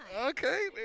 okay